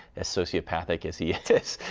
as sociopathic as he is,